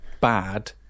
bad